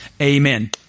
amen